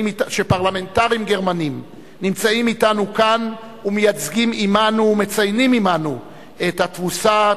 שפרלמנטרים גרמנים נמצאים אתנו כאן ומציינים עמנו את התבוסה,